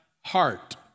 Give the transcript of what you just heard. heart